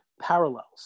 parallels